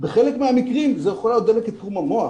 בחלק מהמקרים זו יכולה להיות דלקת קרום המוח.